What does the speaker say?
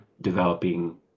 developing